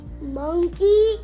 monkey